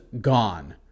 gone